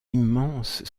immense